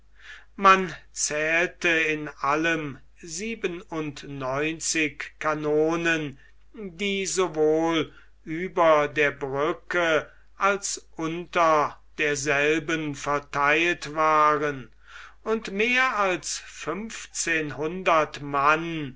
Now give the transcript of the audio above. man zählte in allem siebenundneunzig kanonen die sowohl über der brücke als unter derselben vertheilt waren und mehr als fünfzehnhundert mann